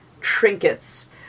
trinkets